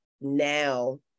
now